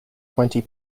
twenty